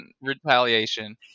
retaliation